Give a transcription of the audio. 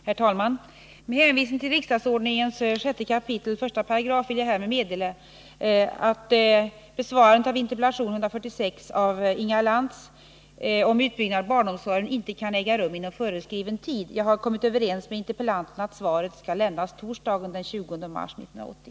Herr talman! Med hänvisning till riksdagsordningens 6 kap. 1§ vill jag härmed meddela att besvarandet av interpellation 146 av Inga Lantz om utbyggnaden av barnomsorgen inte kan äga rum inom föreskriven tid. Jag har kommit överens med interpellanten att svaret skall lämnas torsdagen den 20 mars 1980.